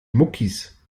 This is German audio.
muckis